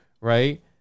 right